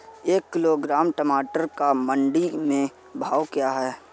एक किलोग्राम टमाटर का मंडी में भाव क्या है?